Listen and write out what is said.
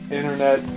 internet